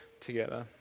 together